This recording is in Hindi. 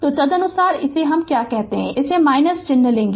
तो तदनुसार कि इसे क्या कहते हैं चिह्न होगा